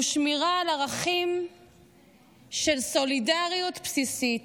הוא שמירה על ערכים של סולידריות בסיסית.